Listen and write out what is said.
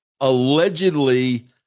Allegedly